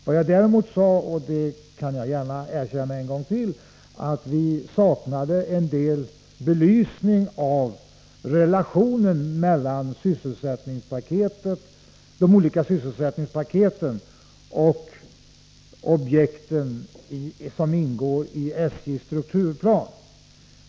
Vad jag däremot sade, och gärna kan erkänna en gång till, var att vi saknade en belysning av relationen mellan de olika sysselsättningspaketen och de objekt som ingår i SJ:s strukturplan.